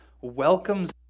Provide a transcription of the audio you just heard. welcomes